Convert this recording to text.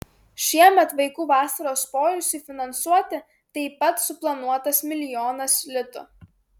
šiemet vaikų vasaros poilsiui finansuoti taip pat suplanuotas milijonas litų